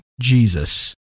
Jesus